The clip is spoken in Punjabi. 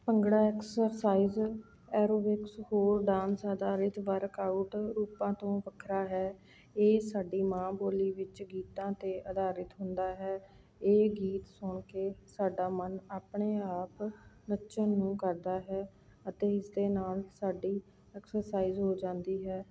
ਭੰਗੜਾ ਐਕਸਰਸਾਇਜ਼ ਐਰੋਬਿਕਸ ਹੋਰ ਡਾਂਸਾਂ ਦਾ ਰਿਚ ਵਰਕਆਊਟ ਰੂਪਾਂ ਤੋਂ ਵੱਖਰਾ ਹੈ ਇਹ ਸਾਡੀ ਮਾਂ ਬੋਲੀ ਵਿੱਚ ਗੀਤਾਂ 'ਤੇ ਅਧਾਰਿਤ ਹੁੰਦਾ ਹੈ ਇਹ ਗੀਤ ਸੁਣ ਕੇ ਸਾਡਾ ਮਨ ਆਪਣੇ ਆਪ ਨੱਚਣ ਨੂੰ ਕਰਦਾ ਹੈ ਅਤੇ ਇਸ ਦੇ ਨਾਲ ਸਾਡੀ ਐਕਸਰਸਾਇਜ਼ ਹੋ ਜਾਂਦੀ ਹੈ